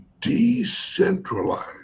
decentralized